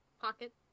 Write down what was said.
pocket